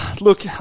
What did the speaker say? Look